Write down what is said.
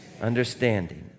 Understanding